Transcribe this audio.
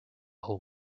whole